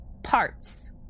Parts